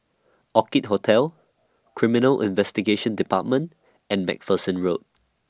Orchid Hotel Criminal Investigation department and MacPherson Road